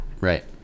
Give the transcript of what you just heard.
Right